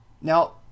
Now